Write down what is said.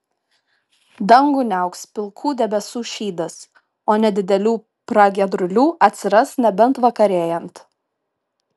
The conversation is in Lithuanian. dangų niauks pilkų debesų šydas o nedidelių pragiedrulių atsiras nebent vakarėjant